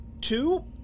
Two